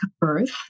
birth